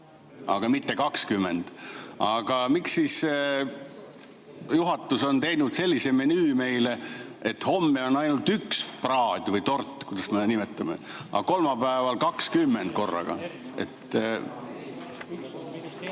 aga mitte 20 praadi. Miks siis juhatus on teinud sellise menüü meile, et homme on ainult üks praad või tort – või kuidas me seda nimetame –, aga kolmapäeval on 20 korraga?